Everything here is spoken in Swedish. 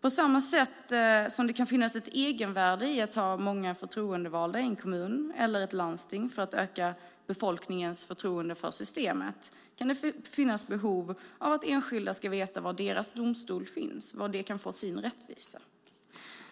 På samma sätt som det kan finnas ett egenvärde i att ha många förtroendevalda i en kommun eller ett landsting för att öka befolkningens förtroende för systemet, kan det finnas ett behov av att enskilda ska veta var deras domstol finns, var de kan få sin rättvisa.